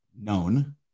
known